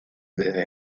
desde